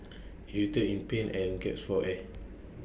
he writhed in pain and gasped for air